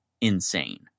insane